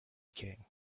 king